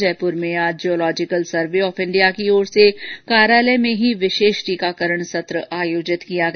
जयपुर में आज geological survey of India की ओर से कार्यालय में ही विशेष टीकाकरण सत्र आयोजित किया गया